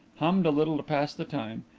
hummed a little to pass the time,